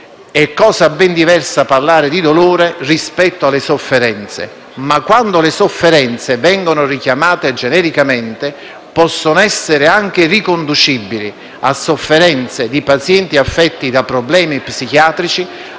È cosa ben diversa parlare di dolore, rispetto alle sofferenze, ma quando le sofferenze vengono richiamate genericamente, esse possono essere riconducibili a sofferenze di pazienti affetti da problemi psichiatrici,